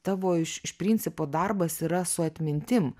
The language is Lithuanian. tavo iš iš principo darbas yra su atmintim